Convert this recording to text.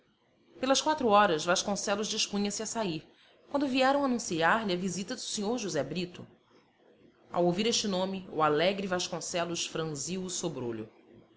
pelas quatro horas vasconcelos dispunha-se a sair quando vieram anunciar lhe a visita do sr josé brito ao ouvir este nome o alegre vasconcelos franziu o sobrolho